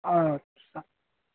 okay sir